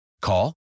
Call